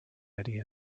eddie